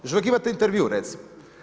Još uvijek imate intervju, recimo.